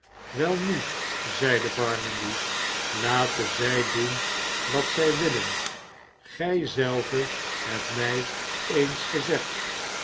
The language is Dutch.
welnu zeide barnaby platen zij doen wat zij willen gij zelve hebt mij eens gezegd